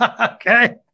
Okay